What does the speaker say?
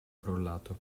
crollato